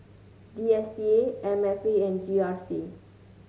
D S T A M F A and G R C